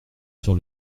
sur